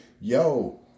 yo